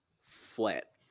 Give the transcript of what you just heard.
flat